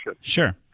Sure